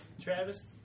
Travis